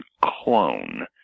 clone